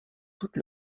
toutes